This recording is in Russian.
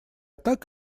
так